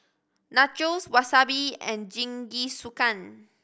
Nachos Wasabi and Jingisukan